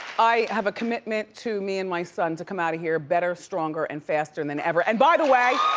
i have a commitment to me and my son to come out of here better, stronger, and faster than ever. and by the way.